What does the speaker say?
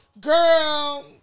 girl